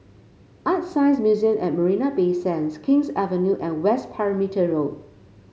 ArtScience Museum at Marina Bay Sands King's Avenue and West Perimeter Road